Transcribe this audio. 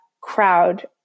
crowd